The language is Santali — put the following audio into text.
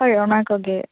ᱦᱳᱭ ᱚᱱᱟᱠᱚᱜᱮ